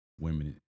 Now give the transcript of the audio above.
women